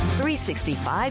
365